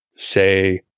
say